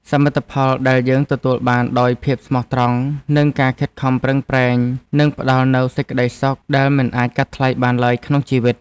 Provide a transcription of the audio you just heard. សមិទ្ធផលដែលយើងទទួលបានដោយភាពស្មោះត្រង់និងការខិតខំប្រឹងប្រែងនឹងផ្តល់នូវសេចក្តីសុខដែលមិនអាចកាត់ថ្លៃបានឡើយក្នុងជីវិត។